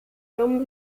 dumm